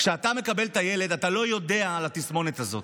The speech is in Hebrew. כשאתה מקבל את הילד, אתה לא יודע על התסמונת הזאת.